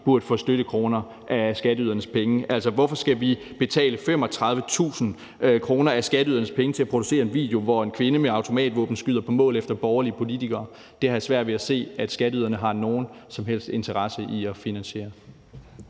burde få støttekroner af skatteydernes penge. Altså, hvorfor skal vi betale 35.000 kr. af skatteydernes penge til at producere en video, hvor en kvinde med automatvåben skyder på mål efter borgerlige politikere? Det har jeg svært ved at se at skatteyderne har nogen som helst interesse i at finansiere.